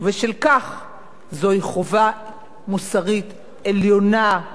זוהי חובה מוסרית עליונה החלה עלינו,